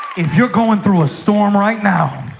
if you're going through a storm right now,